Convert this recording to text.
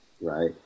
right